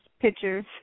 pictures